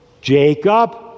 jacob